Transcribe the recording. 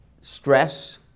stress